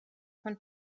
von